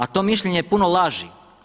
A to mišljenje je puno laži.